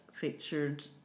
featured